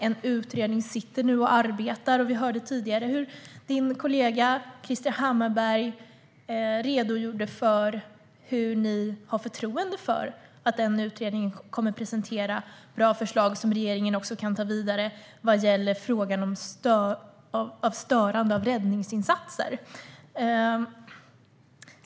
En utredning sitter nu och arbetar, och vi hörde tidigare Roger Haddads kollega Krister Hammarbergh redogöra för varför ni har förtroende för att den utredningen kommer att presentera bra förslag som regeringen kan föra vidare vad gäller frågan om störande av räddningsinsatser.